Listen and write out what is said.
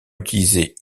utilisé